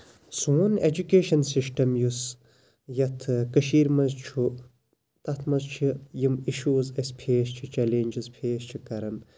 سون education system یُس یَتھ کٔشیٖر منٛز چھُ تَتھ منٛز چھِ یِم اِشوٗز أسۍ فیس چھِ چیلیجٔز فیس چھِ کران